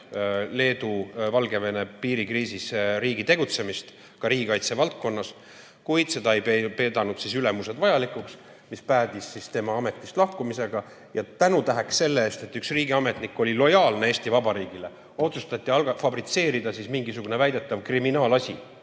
Leedu-Valgevene piirikriisis riigi kiiremat tegutsemist, ka riigikaitse valdkonnas, kuid seda ei pidanud ülemused vajalikuks ja see päädis tema ametist lahkumisega. Ja tänutäheks selle eest, et üks riigiametnik oli lojaalne Eesti Vabariigile, otsustati fabritseerida mingisugune väidetav kriminaalasi